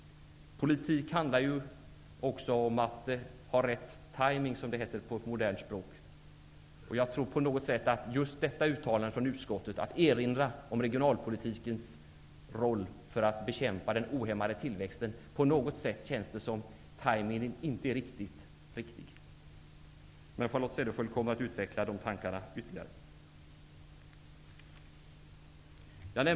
Politik handlar ju också om att ha rätt tajmning som det så modernt heter. På något sätt känns det som att tajmningen inte är riktigt korrekt vad gäller utskottets uttalande när det gäller att erinra om regionalpolitikens roll för att bekämpa den ohämmade tillväxten. Charlotte Cederschiöld kommer att utveckla dessa tankar ytterligare.